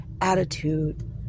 attitude